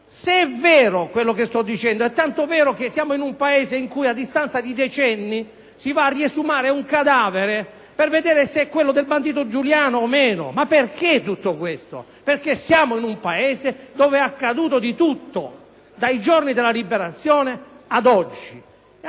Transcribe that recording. mafia. Quello che sto dicendo è tanto vero che siamo in un Paese in cui a distanza di decenni si va a riesumare un cadavere per vedere se è quello del bandito Giuliano. Ma perché tutto questo? Siamo in un Paese dove è accaduto di tutto, dai giorni della Liberazione ad oggi.